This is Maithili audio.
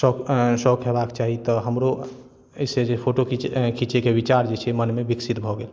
शौक शौक हेबाके चाही तऽ हमरो एहिसँ जे फोटो खीञ्चैके विचार जे छै मनमे विकसित भऽ गेल